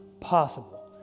possible